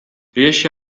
riesce